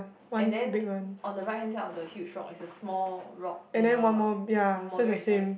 and then on the right hand side of the huge rock is a small rock and a moderate size